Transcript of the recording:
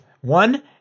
One